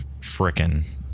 frickin'-